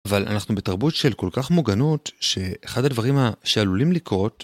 אבל אנחנו בתרבות של כל כך מוגנות שאחד הדברים שעלולים לקרות